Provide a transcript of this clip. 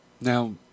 Now